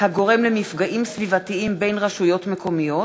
הגורם למפגעים סביבתיים בין רשויות מקומיות),